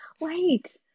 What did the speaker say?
Wait